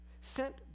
sent